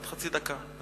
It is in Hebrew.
עוד חצי דקה.